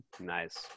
Nice